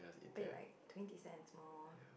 paid like twenty cents more